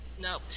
No